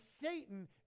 Satan